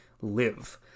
live